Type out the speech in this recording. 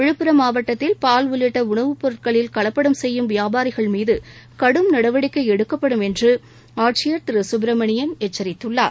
விழுப்புரம் மாவட்டத்தில் பால் உள்ளிட்டஉணவுப் பொருட்களில் கலப்படம் செய்யும் வியாபாரிகள் மீதுகடும் நடவடிக்கைஎடுக்கப்படும் என்றுஆட்சியர் திருசுப்பிரமணியன் எச்சரித்துள்ளார்